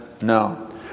No